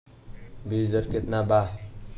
बीज दर केतना बा?